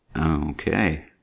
Okay